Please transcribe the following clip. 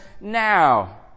now